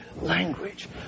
language